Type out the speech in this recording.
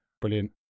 brilliant